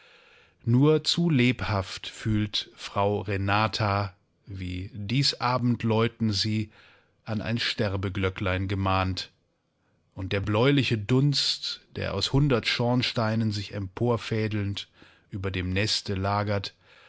nur zu lebhaft fühlt frau renata wie dies abendläuten sie an ein sterbeglöcklein gemahnt und der bläuliche dunst der aus hundert schornsteinen sich emporfädelnd über dem neste lagert